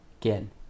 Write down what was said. Again